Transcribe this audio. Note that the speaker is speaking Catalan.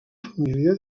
família